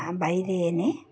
বাইরে